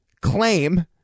claim